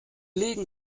legen